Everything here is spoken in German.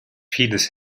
vieles